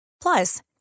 Plus